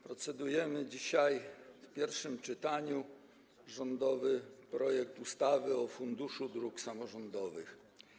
Procedujemy dzisiaj w pierwszym czytaniu nad rządowym projektem ustawy o Funduszu Dróg Samorządowych.